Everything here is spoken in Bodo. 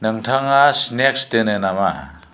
नोंथाङा स्नेक्स दोनो नामा